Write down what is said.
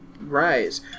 Right